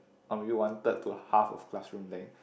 or maybe one third to half of classroom length